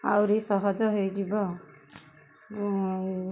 ଆହୁରି ସହଜ ହେଇଯିବ ଆଉ